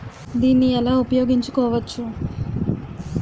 దీన్ని ఎలా ఉపయోగించు కోవచ్చు?